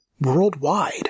worldwide